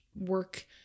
work